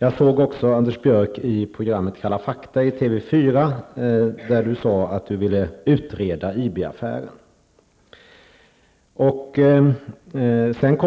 Jag såg också Anders Björck i programmet Kalla fakta i TV4, där han sade att han ville utreda IB-affären. 1979.